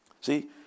See